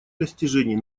достижений